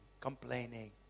complaining